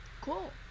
cool